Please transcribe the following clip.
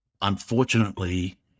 unfortunately